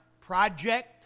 project